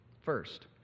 First